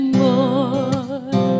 more